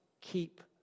keep